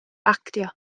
actio